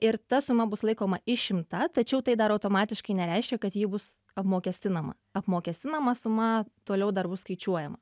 ir ta suma bus laikoma išimta tačiau tai dar automatiškai nereiškia kad ji bus apmokestinama apmokestinama suma toliau dar bus skaičiuojama